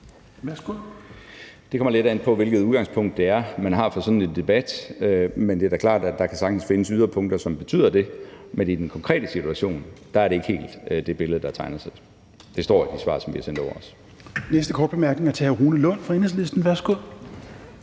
Det kommer lidt an på, hvilket udgangspunkt det er, man har for sådan en debat. Det er da klart, at der sagtens kan findes yderpunkter, som betyder det, men i den konkrete situation er det ikke helt det billede, der tegner sig. Det står også i de svar, som vi har sendt over.